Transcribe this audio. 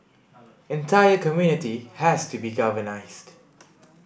entire community has to be galvanised